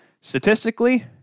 Statistically